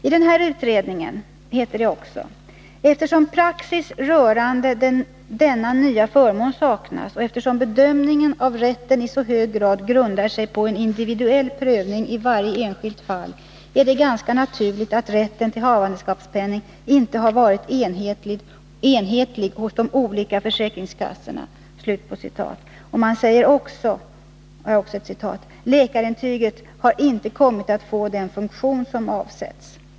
I utredningen heter det också: ”Eftersom praxis rörande denna nya förmån saknas och eftersom bedömningen av rätten i så hög grad grundar sig på en individuell bedömning i varje enskilt fall är det ganska naturligt att rätten till havandeskapspenning inte har varit enhetlig hos de olika försäkringskassorna.” Man säger också att ”läkarintyget inte kommit att få den funktion som avsetts”.